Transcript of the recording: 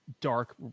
dark